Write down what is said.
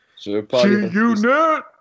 g-unit